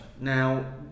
Now